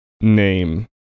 name